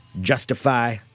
Justify